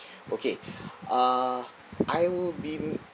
okay uh I will be